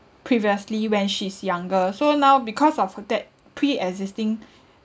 previously when she's younger so now because of her that pre existing